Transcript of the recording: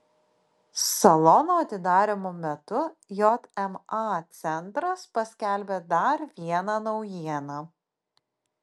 salono atidarymo metu jma centras paskelbė dar vieną naujieną